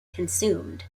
consumed